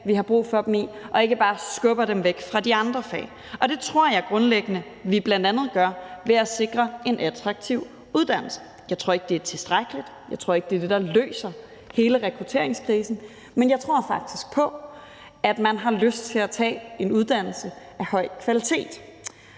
vi har brug for dem i, og ikke bare skubber dem væk fra de andre fag. Det tror jeg grundlæggende vi bl.a. gør ved at sikre en attraktiv uddannelse. Jeg tror ikke, det er tilstrækkeligt, og jeg tror ikke, det er det, der løser hele rekrutteringskrisen, men jeg tror faktisk på, at man har lyst til at tage en uddannelse af høj kvalitet.